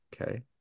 Okay